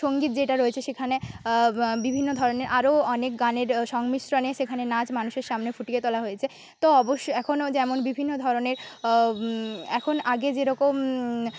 সঙ্গীত যেটা রয়েছে সেখানে বিভিন্ন ধরনের আরও অনেক গানের সংমিশ্রণে সেখানে নাচ মানুষের সামনে ফুটিয়ে তোলা হয়েছে তো অবশ্যই এখনও যেমন বিভিন্ন ধরনের এখন আগে যেরকম